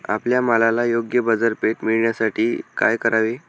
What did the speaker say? आपल्या मालाला योग्य बाजारपेठ मिळण्यासाठी काय करावे?